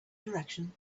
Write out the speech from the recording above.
direction